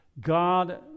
God